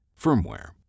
Firmware